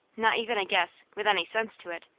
not even a guess, with any sense to it.